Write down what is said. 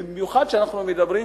במיוחד כשאנחנו מדברים,